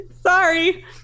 sorry